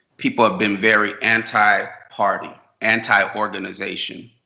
people have been very anti-party, anti-organization,